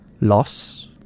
loss